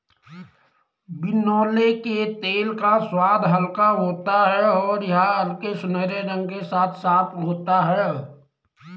बिनौले के तेल का स्वाद हल्का होता है और यह हल्के सुनहरे रंग के साथ साफ होता है